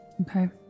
Okay